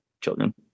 children